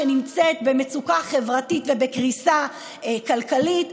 שנמצאת במצוקה חברתית ובקריסה כלכלית.